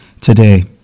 Today